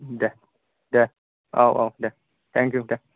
दे दे औ औ दे थेंकिउ दे